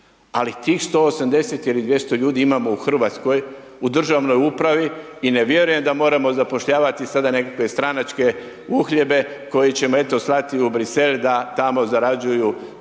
ali tih 280 ili 200 ljudi imamo u Hrvatskoj, u državnoj upravi i ne vjerujem da moramo zapošljavati sada nekakve stranačke uhljebe koje ćemo eto slati u Brisel da tamo zarađuju dnevnice